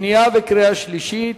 שנייה ושלישית.